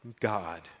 God